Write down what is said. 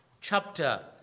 chapter